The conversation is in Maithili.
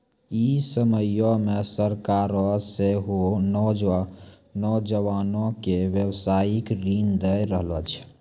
इ समयो मे सरकारें सेहो नौजवानो के व्यवसायिक ऋण दै रहलो छै